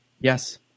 Yes